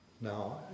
Now